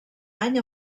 any